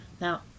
Now